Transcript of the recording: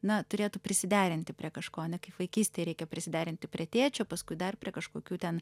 na turėtų prisiderinti prie kažko ane kaip vaikystėj reikia prisiderinti prie tėčio paskui dar prie kažkokių ten